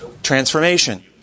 Transformation